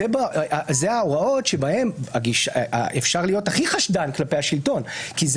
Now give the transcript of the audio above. אלה ההוראות בהן אפשר להיות הכי חשדן כלפי השלטון כי זאת